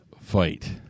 fight